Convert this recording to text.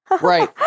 Right